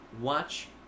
watch